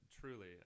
Truly